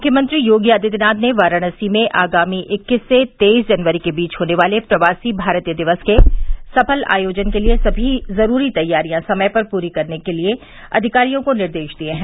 मुख्यमंत्री योगी आदित्यनाथ ने वाराणसी में आगामी इक्कीस से तेईस जनवरी के बीच होने वाले प्रवासी भारतीय दिवस के सफल आयोजन के लिये समी जरूरी तैयारियां समय पर पूरी करने के लिये अविकारियों को निर्देश दिये हैं